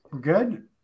Good